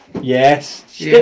Yes